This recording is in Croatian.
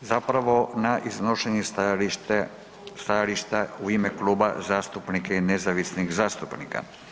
Zapravo, na iznošenje stajališta u ime kluba zastupnika i nezavisnih zastupnika.